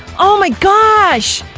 oh my gosh!